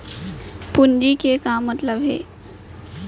पूंजी के का मतलब हे?